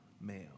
male